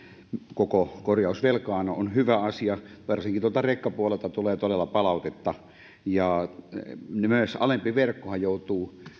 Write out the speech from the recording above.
koko korjausvelkaan on hyvä asia varsinkin tuolta rekkapuolelta tulee todella palautetta myös alempi verkkohan joutuu